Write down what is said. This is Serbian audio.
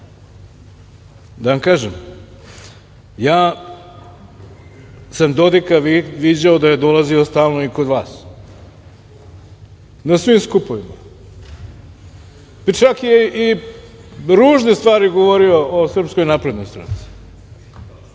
da vam kažem, ja sam Dodika viđao da je dolazio stalno i kod vas, na svim skupovima, čak je i ružne stvari govorio o SNS. Čekajte,